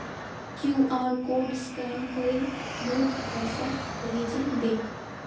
QR code scan करे मोक पैसा भेजे दे